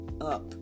up